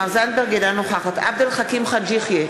אינה נוכחת עבד אל חכים חאג' יחיא,